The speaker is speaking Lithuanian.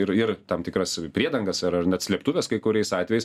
ir ir tam tikras priedangas ar ar net slėptuves kai kuriais atvejais